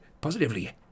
positively